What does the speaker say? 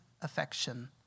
affection